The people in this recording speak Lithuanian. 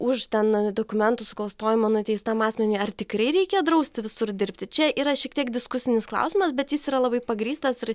už ten dokumentų suklastojimą nuteistam asmeniui ar tikrai reikia drausti visur dirbti čia yra šiek tiek diskusinis klausimas bet jis yra labai pagrįstas ir